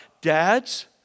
Dads